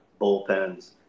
bullpens